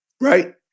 right